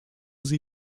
sie